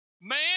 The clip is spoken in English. man